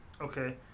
Okay